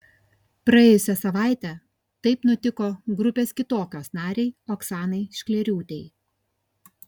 praėjusią savaitę taip nutiko grupės kitokios narei oksanai šklėriūtei